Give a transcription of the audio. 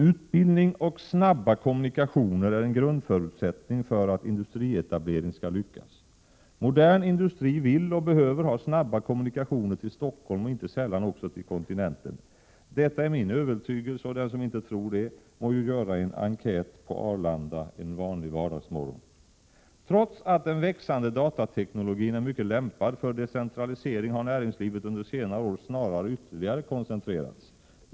Utbildning och snabba kommunikationer är en grundförutsättning för att industrietablering skall lyckas. Modern industri vill och behöver ha snabba kommunikationer till Stockholm och inte sällan också till kontinenten. Detta är min övertygelse, och den som inte tror det må ju göra en enkät på Arlanda en vardagsmorgon. Trots att den växande datateknologin är mycket lämpad för decentralisering har näringslivet under senare år snarare ytterligare koncentrerats.